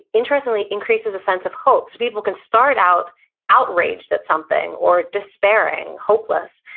interestingly increases a sense of hope. so people can start out outraged at something, or despairing, hopeless,